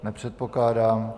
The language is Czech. Nepředpokládám.